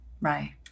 Right